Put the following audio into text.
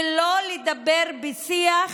ולא לדבר בשיח,